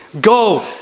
Go